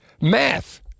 math